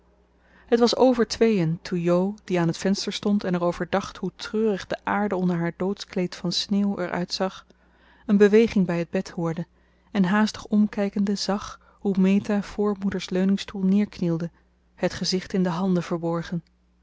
het was over tweeën toen jo die aan het venster stond en er over dacht hoe treurig de aarde onder haar doodskleed van sneeuw er uitzag een beweging bij het bed hoorde en haastig omkijkende zag hoe meta voor moeders leuningstoel neerknielde het gezicht in de handen verborgen